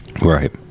Right